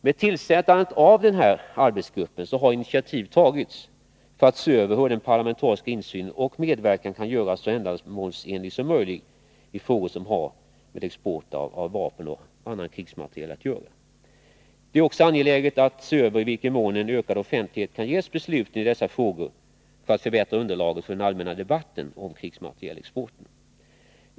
Med tillsättandet av denna arbetsgrupp har initiativ tagits för att se över hur den parlamentariska insynen och medverkan kan göras så ändamålsenlig som möjligt i frågor som har med export av krigsmateriel att göra. Det är också angeläget att se över i vilken mån en ökad offentlighet kan ges besluten i dessa frågor för att förbättra underlaget för den allmänna debatten om krigsmaterielexporten.